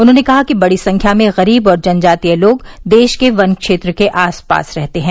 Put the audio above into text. उन्होंने कहा कि बड़ी संख्या में गरीब और जनजातीय लोग देश के वन क्षेत्र के आसपास रहते हैं